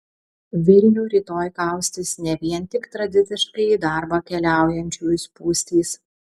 vilnių rytoj kaustys ne vien tik tradiciškai į darbą keliaujančiųjų spūstys